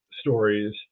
stories